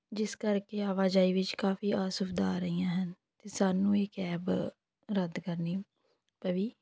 ਜਿਸ ਕਰਕੇ ਆਵਾਜਾਈ ਵਿੱਚ ਕਾਫੀ ਅਸੁਵਿਧਾ ਆ ਰਹੀਆਂ ਹਨ ਅਤੇ ਸਾਨੂੰ ਇਹ ਕੈਬ ਰੱਦ ਕਰਨੀ ਪਈ